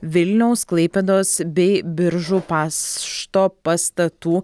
vilniaus klaipėdos bei biržų pasšto pastatų